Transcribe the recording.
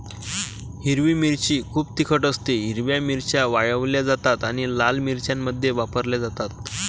हिरवी मिरची खूप तिखट असतेः हिरव्या मिरच्या वाळवल्या जातात आणि लाल मिरच्यांमध्ये वापरल्या जातात